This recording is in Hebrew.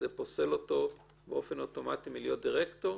זה פוסל אותו באופן אוטומטי מלהיות דירקטור?